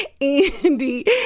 Andy